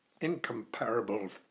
incomparable